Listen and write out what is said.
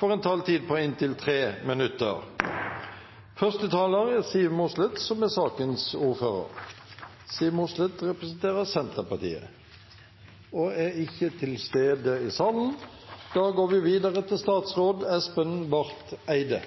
får en taletid på inntil 3 minutter. Denne saka vi i dag behandlar, er